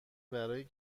برای